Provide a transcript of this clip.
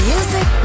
Music